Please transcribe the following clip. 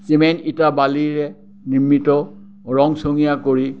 cement ইটা বালিৰে নিৰ্মিত ৰংচঙীয়া কৰি